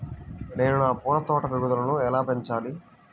నేను నా పూల తోట పెరుగుదలను ఎలా పెంచాలి?